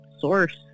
Source